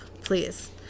Please